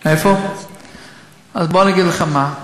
בוא אני אגיד לך מה.